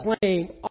claim